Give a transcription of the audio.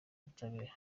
ubutabera